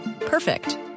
Perfect